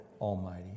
Almighty